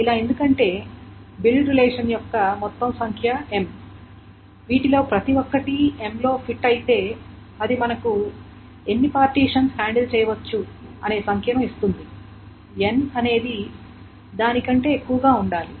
ఇలా ఎందుకంటే build relation యొక్క మొత్తం సంఖ్య M వీటిలో ప్రతి ఒక్కటి M లో ఫిట్ అయితే అది మనకు ఎన్ని పార్టీషన్స్ హ్యాండిల్ చేయవచ్చు అనే సంఖ్యను ఇస్తుంది n అనేది దాని కంటే ఎక్కువగా ఉండాలి